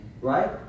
Right